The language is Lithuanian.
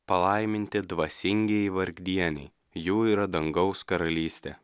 palaiminti dvasingieji vargdieniai jų yra dangaus karalystė